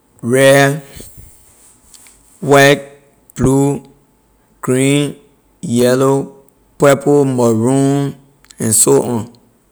Red white blue green yellow purple maroon and so on.